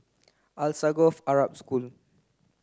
Alsagoff Arab School